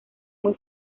muy